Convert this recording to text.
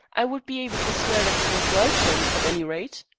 i would be able to swear that e was like him, at any rate.